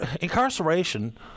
incarceration